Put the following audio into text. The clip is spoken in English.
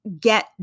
get